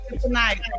tonight